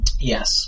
Yes